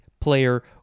player